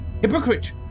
hypocrite